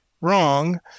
wrong